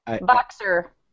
Boxer